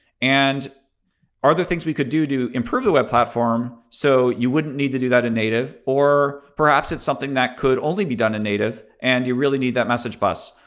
and are there things we could do to improve the web platform so you wouldn't need to do that in native? or perhaps it's something that could only be done in native, and you really need that message bus.